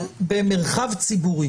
אם במרחב ציבורי